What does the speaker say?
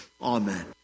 Amen